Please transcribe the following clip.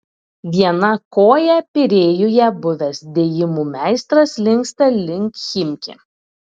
viena koja pirėjuje buvęs dėjimų meistras linksta link chimki